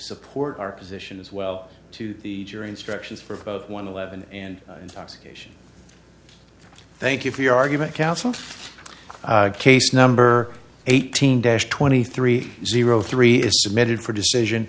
support our position as well to the jury instructions for one eleven and intoxication thank you for your argument counsel case number eighteen dash twenty three zero three is submitted for decision